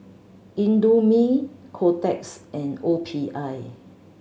Indomie Kotex and O P I